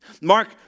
Mark